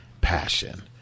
passion